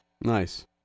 Nice